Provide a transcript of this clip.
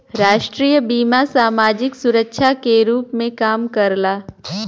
राष्ट्रीय बीमा समाजिक सुरक्षा के रूप में काम करला